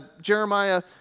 Jeremiah